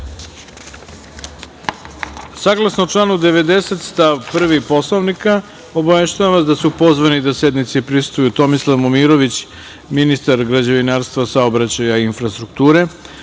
reda. Saglasno članu 90. stav 1. Poslovnika, obaveštavam vas da su pozvani da sednici prisustvuju Tomislav Momirović, ministar građevinarstva, saobraćaja i infrastrukture,